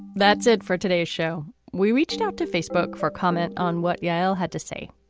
that's it for today's show. we reached out to facebook for comment on what yale had to say.